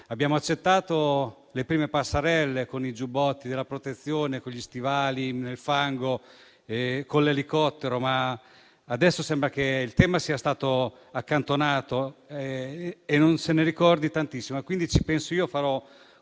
Abbiamo accettato le prime passerelle con i giubbotti della Protezione civile, con gli stivali nel fango e con l'elicottero, ma adesso sembra che il tema sia stato accantonato e non se ne ricordi tantissimo. Ci penserò